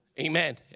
Amen